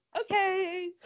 okay